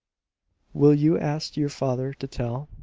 will you ask your father to tell?